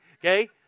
Okay